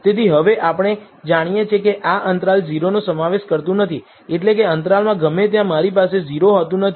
તેથી હવે આપણે જાણીએ છીએ કે આ અંતરાલ 0 નો સમાવેશ કરતું નથી એટલે કે અંતરાલમાં ગમે ત્યાં મારી પાસે 0 હોતું નથી